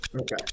Okay